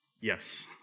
Yes